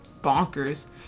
bonkers